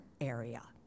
area